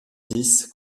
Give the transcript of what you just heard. dix